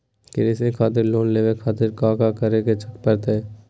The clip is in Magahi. कृषि खातिर लोन लेवे खातिर काका करे की परतई?